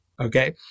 Okay